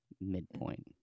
midpoint